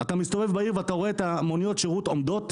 אתה מסתובב בעיר ואתה רואה את מוניות השירות עומדות,